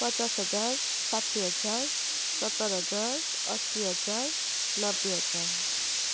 पचास हजार साठी हजार सत्तर हजार अस्सी हजार नब्बे हजार